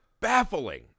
baffling